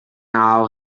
now